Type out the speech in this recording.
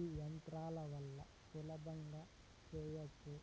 ఈ యంత్రాల వల్ల సులభంగా చేయచ్చు